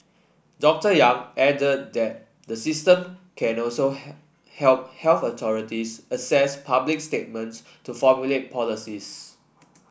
Doctor Yang added that the system can also help health authorities assess public sentiment to formulate policies